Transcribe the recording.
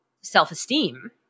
self-esteem